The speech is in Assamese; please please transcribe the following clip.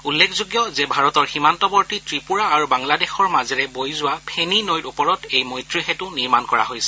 উল্লেখযোগ্য যে ভাৰতৰ সীমান্তৱৰ্তী ত্ৰিপুৰা আৰু বাংলাদেশৰ মাজেৰে বৈ যোৱা ফেনী নৈৰ ওপৰত এই মৈত্ৰী সেতৃ নিৰ্মাণ কৰা হৈছে